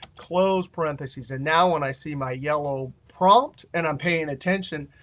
close parentheses, and now when i see my yellow prompt and i'm paying attention,